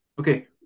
Okay